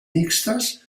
mixtes